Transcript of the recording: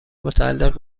متعلق